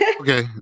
Okay